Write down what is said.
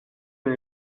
une